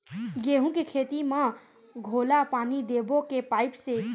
गेहूं के खेती म घोला पानी देबो के पाइप से?